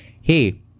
hey